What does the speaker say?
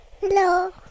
Hello